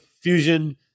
fusion